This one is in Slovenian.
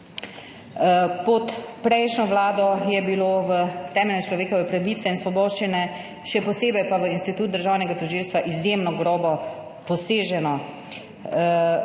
Pod prejšnjo vlado je bilo v temeljne človekove pravice in svoboščine, še posebej pa v institut državnega tožilstva izjemno grobo poseženo.